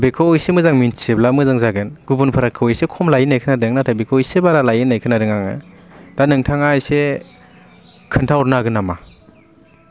बेखौ एसे मोजां मिथियोब्ला मोजां जागोन गुबनफोरखौ एसे खम लायो होन्नाय खोनादों नाथाय बेखौ एसे बारा लायो होन्नाय खोनादों आङो दा नोंथाङा एसे खोन्था हरनो हागोन नामा